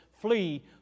flee